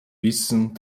wissen